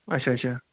اچھا اچھا